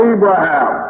Abraham